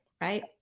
right